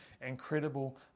incredible